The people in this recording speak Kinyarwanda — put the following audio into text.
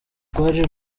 rwari